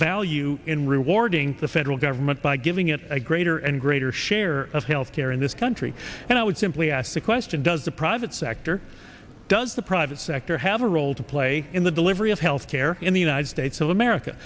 value in rewarding the federal government by giving it a greater and greater share of health care in this country and i would simply ask the question does the private sector does the private sector have a role to play in the delivery of health care in the united states of america